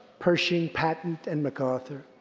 pershing, patton, and macarthur.